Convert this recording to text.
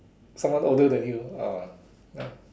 someone older than you ah